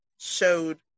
showed